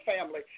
family